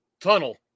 tunnel